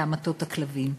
בהמתות הכלבים.